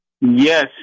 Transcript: Yes